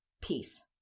peace